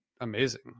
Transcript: amazing